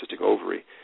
ovary